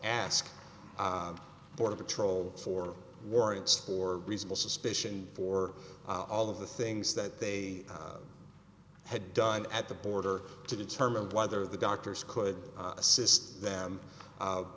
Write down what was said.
ask border patrol for warrants or reasonable suspicion for all of the things that they had done at the border to determine whether the doctors could assist them